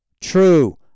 true